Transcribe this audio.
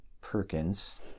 Perkins